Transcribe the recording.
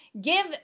give